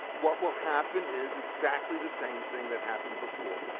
what will happen is exactly the same thing that happened before.